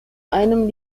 einem